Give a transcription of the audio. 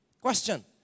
Question